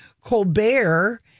Colbert